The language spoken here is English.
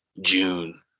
June